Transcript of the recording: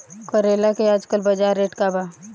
करेला के आजकल बजार रेट का बा?